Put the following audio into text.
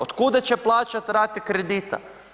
Otkuda će plaćat rate kredita?